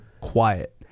quiet